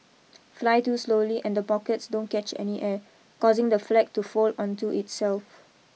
fly too slowly and the pockets don't catch any air causing the flag to fold onto itself